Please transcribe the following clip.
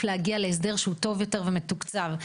להגיע להסדר שהוא טוב יותר ומתוקצב.